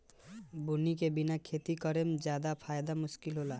बुनी के बिना खेती करेमे ज्यादे मुस्किल होखेला